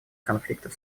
конфликтов